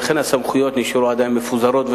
ולכן הסמכויות עדיין מפוזרות,